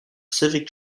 civic